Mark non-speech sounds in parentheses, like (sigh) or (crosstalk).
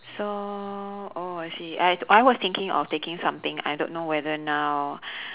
so oh I see I I was thinking of taking something I don't know whether now (breath)